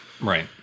right